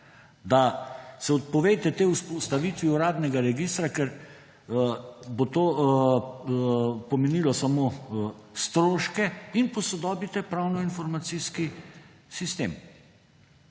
da se odpovejte vzpostavitvi uradnega registra, ker bo to pomenilo samo stroške, in posodobite pravno-informacijski sistem.